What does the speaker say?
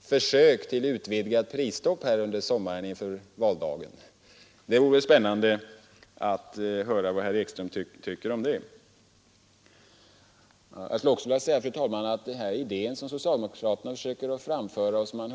försök till utvidgat prisstopp under sommaren. Det vore spännande att få höra vad herr Ekström har att säga. Tidigare i dag hörde vi herr Sträng säga att vi inte kan värja oss för inflationen utomlands.